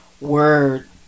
word